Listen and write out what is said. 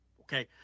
Okay